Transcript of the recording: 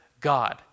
God